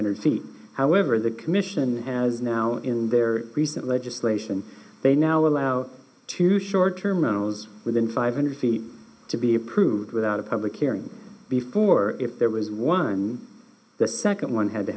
hundred feet however the commission has now in their recent legislation they now allow two short terminals within five hundred feet to be approved without a public hearing before if there was one time the second one had to